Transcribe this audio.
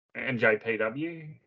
NJPW